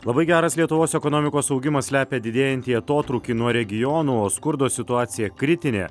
labai geras lietuvos ekonomikos augimas slepia didėjantį atotrūkį nuo regiono o skurdo situacija kritinė